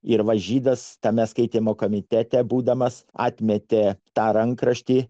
ir varžybas tame skaitymo komitete būdamas atmetė tą rankraštį